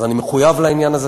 אז אני מחויב לעניין הזה,